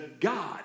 God